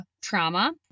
trauma